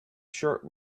shirt